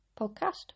podcast